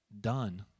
done